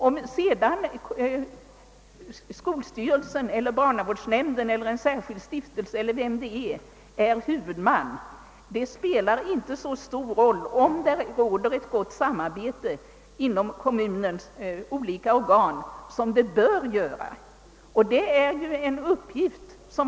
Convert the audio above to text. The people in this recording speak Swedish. Om sedan skolöverstyrelsen, barnavårdsnämnden, en särskild stiftelse eller någon annan är huvudman spelar inte så stor roll. Huvudsaken är att det råder ett gott samarbete inom kommunens olika organ — och det bör det göra.